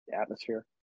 atmosphere